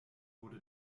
wurde